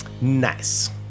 Nice